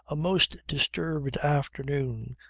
a most disturbed afternoon,